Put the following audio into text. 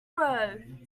row